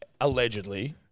allegedly